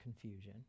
confusion